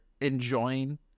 enjoying